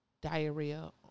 diarrhea